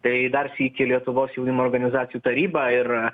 tai dar sykį lietuvos jaunimo organizacijų taryba ir